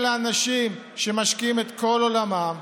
אלה אנשים שמשקיעים את כל עולמם,